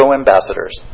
ambassadors